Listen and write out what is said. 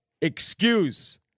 excuse